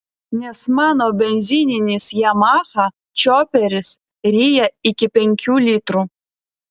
nes mano benzininis yamaha čioperis ryja iki penkių litrų